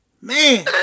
man